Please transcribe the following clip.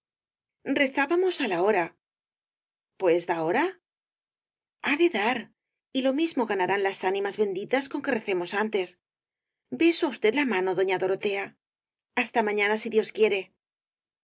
rezábamos á la hora pues da hora ha de dar y lo mismo ganarán las ánimas benditas con que recemos antes beso á usted la mano doña dorotea hasta mañana si dios quiere